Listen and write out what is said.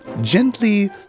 gently